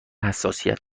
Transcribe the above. حساسیت